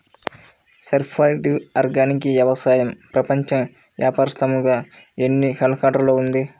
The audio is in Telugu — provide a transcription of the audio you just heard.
సర్టిఫైడ్ ఆర్గానిక్ వ్యవసాయం ప్రపంచ వ్యాప్తముగా ఎన్నిహెక్టర్లలో ఉంది?